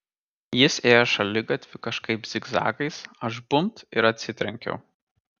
jis ėjo šaligatviu kažkaip zigzagais aš bumbt ir atsitrenkiau